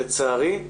לצערי,